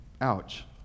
Ouch